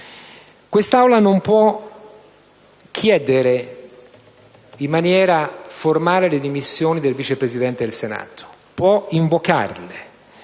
Quest'Aula non può chiedere in maniera formale le dimissioni del Vice Presidente del Senato, perché